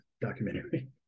documentary